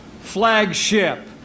flagship